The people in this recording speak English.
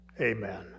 Amen